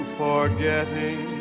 forgetting